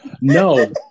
no